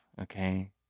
okay